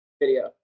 video